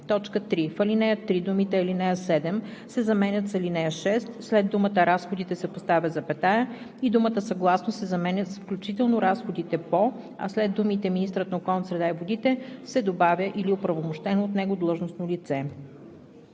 лице“. 3. В ал. 3 думите „ал. 7“ се заменят с „ал. 6“, след думата „разходите“ се поставя запетая и думата „съгласно“ се заменя с „включително разходите по“, а след думите „министърът на околната среда и водите“ се добавя „или оправомощено от него длъжностно лице“.“